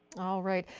all right,